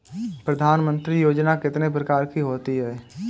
प्रधानमंत्री योजना कितने प्रकार की होती है?